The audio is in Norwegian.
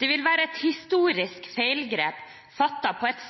Det vil være et historisk feilgrep, fattet på et